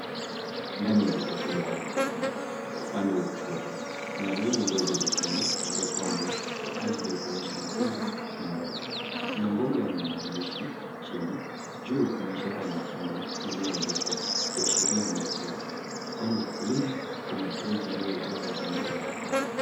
ndani ya duka kubwa la quickmatt upande wa kushoto kuna lori ndogo jekundu lililopambwa kwa ajili ya kuonyesha matunda na mboga. Kuna mboga yenye maandishi chini juu kuna ishara nyekundu iliyo andikwa ikiashiria mwelekeo upande wa kulia kuna friji iliyo jaa vinywaji mbali mbali.